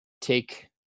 take